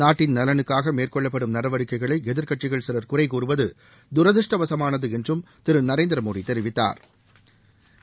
நாட்டின் நலனுக்காக மேற்கொள்ளப்படும் நடவடிக்கைகளை எதிர்க்கட்சிகள் சில குறைகூறுவது தூரதிருஷ்டவசமானது என்றும் திரு நரேந்திர மோடி தெரிவித்தாா்